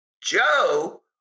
Joe